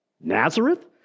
Nazareth